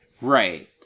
Right